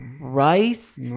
rice